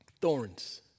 Thorns